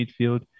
midfield